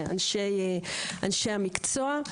אנשי המקצוע,